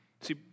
See